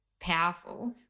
powerful